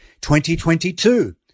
2022